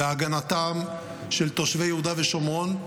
בהגנתם של תושבי יהודה ושומרון.